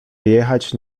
wyjechać